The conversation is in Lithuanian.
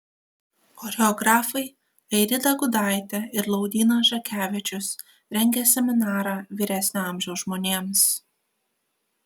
choreografai airida gudaitė ir laurynas žakevičius rengia seminarą vyresnio amžiaus žmonėms